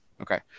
Okay